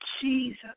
Jesus